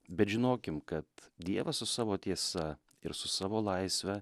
bet žinokim kad dievas su savo tiesa ir su savo laisve